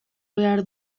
behar